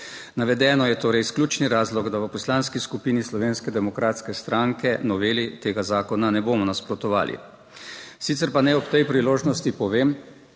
Navedeno je torej izključni razlog, da v Poslanski skupini Slovenske demokratske stranke noveli tega zakona ne bomo nasprotovali. Sicer pa naj ob tej priložnosti povem,